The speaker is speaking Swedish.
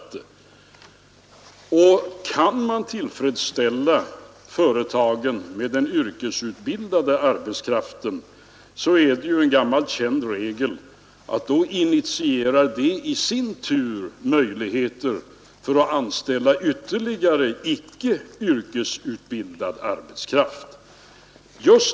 Det är ju en gammal känd regel att ett tillgodoseende av företagens behov av yrkesutbildad arbetskraft i sin tur initierar möjligheter att anställa ytterligare, icke yrkesutbildad arbetskraft.